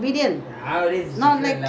they won't fight for toys